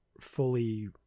fully